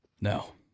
No